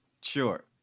Sure